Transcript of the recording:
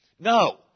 No